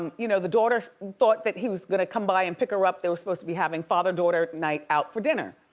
um you know, the daughter thought that he was gonna come by and pick her up. they were supposed to be having father daughter night out for dinner.